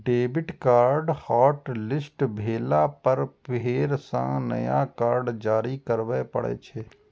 debit card hotlist भेला पर फेर सं नया कार्ड जारी करबे पड़ै छै